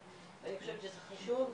אני חושבת שזה חשוב ואנחנו,